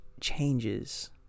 changes